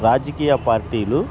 రాజకీయ పార్టీలు